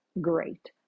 great